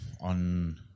on